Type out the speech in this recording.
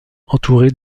entouré